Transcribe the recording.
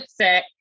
sick